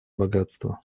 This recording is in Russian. богатство